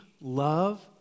love